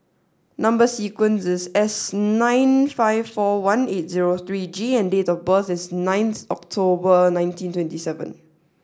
number sequence is S nine five four one eight zero three G and date of birth is ninth October nineteen twenty seven